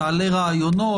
תעלה רעיונות.